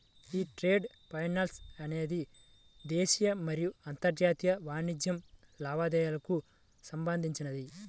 యీ trade finance అనేది దేశీయ మరియు అంతర్జాతీయ వాణిజ్య లావాదేవీలకు సంబంధించినది